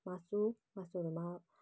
मासु मासुहरूमा